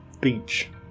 beach